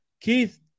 Keith